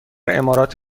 امارات